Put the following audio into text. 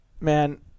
man